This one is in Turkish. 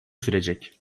sürecek